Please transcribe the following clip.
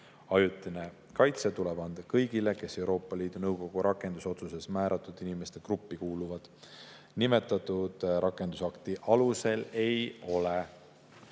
Ajutine kaitse tuleb anda kõigile, kes Euroopa Liidu Nõukogu rakendusotsuses määratud inimeste gruppi kuuluvad. Nimetatud rakendusakti alusel ei ole